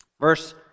Verse